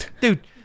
dude